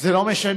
זה לא משנה.